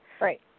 right